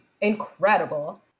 incredible